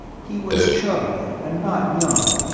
he was chubby, and not young,